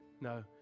No